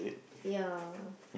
ya